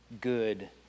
good